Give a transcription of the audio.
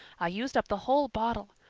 i used up the whole bottle,